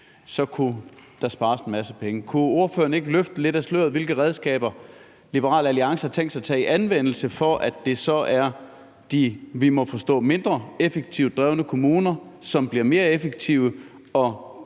kunne der spares en masse penge. Kunne ordføreren ikke løfte lidt af sløret for, hvilke redskaber Liberal Alliance har tænkt sig at tage i anvendelse, for at det så er de, vi må forstå mindre effektivt drevne kommuner, som bliver mere effektive, og